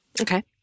Okay